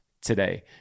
today